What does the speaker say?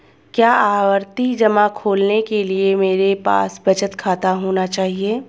क्या आवर्ती जमा खोलने के लिए मेरे पास बचत खाता होना चाहिए?